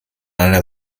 einer